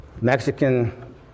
Mexican